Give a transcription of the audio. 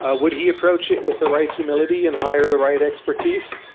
ah would he approach it with the right humility and hire the right expertise?